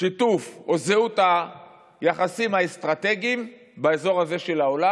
שיתוף או זהות היחסים האסטרטגיים באזור הזה של העולם.